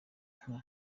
nka